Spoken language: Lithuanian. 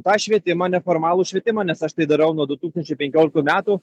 tą švietimą neformalų švietimą nes aš tai darau nuo du tūkstančiai penkioliktų metų